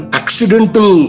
accidental